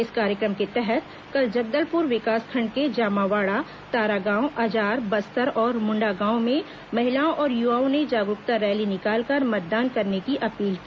इस कार्यक्रम के तहत कल जगदलपुर विकासखंड के जामावाड़ा तारागांव अजार बस्तर और मुंडागांव में महिलाओं और युवाओं ने जागरूकता रैली निकालकर मतदान करने की अपील की